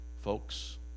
folks